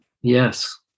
Yes